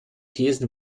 thesen